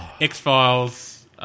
X-Files